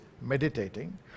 meditating